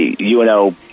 UNO